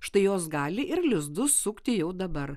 štai jos gali ir lizdus sukti jau dabar